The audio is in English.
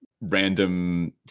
random